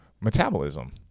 metabolism